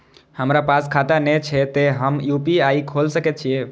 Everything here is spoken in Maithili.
हमरा पास खाता ने छे ते हम यू.पी.आई खोल सके छिए?